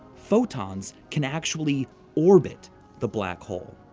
photons, can actually orbit the black hole.